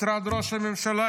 משרד ראש הממשלה,